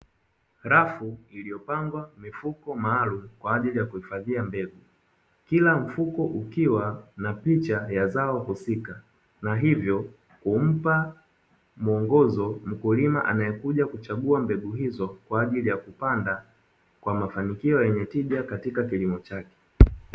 Rafu iliyopangwa mifuko maalumu kwa ajili ya kuhifadhia mbegu. Kila mfuko ukiwa na picha ya zao husika, na hivyo humpa mwongozo mkulima anayekuja kuchagua mbegu hizo kwa ajili ya kupanda kwa mafanikio yenye tija katika kilimo chake.